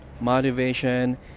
motivation